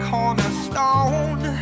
Cornerstone